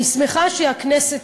אני שמחה שהכנסת,